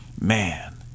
Man